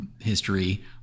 history